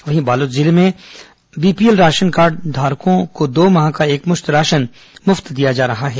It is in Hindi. वहीं बालोद जिले में बीपीएल राशन कार्डघारियों को दो माह का एकमुश्त राशन मुफ्त दिया जा रहा है